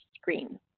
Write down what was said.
screen